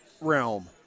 realm